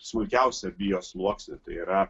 smulkiausią bio sluoksnį tai yra